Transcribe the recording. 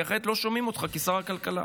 כי אחרת לא שומעים אותך כשר הכלכלה.